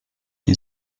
die